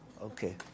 Okay